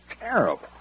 terrible